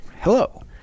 hello